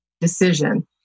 decision